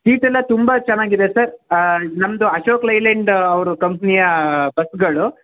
seat ಎಲ್ಲ ತುಂಬ ಚೆನ್ನಾಗಿದೆ ಸರ್ ನಮ್ಮದು ಅಶೋಕ್ ಲೈಲೆಂಡ್ ಅವ್ರ ಕಂಪ್ನಿಯ ಬಸ್ಗಳು